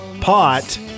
pot